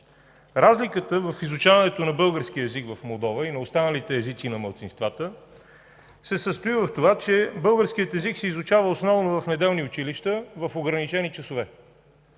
Разликата в изучаването на български език в Молдова и на останалите езици на малцинствата се състои в това, че българският език се изучава основно в неделни училища в ограничени часове.